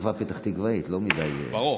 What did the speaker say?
כמחווה פתח-תקוואית, לא, ברור.